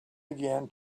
again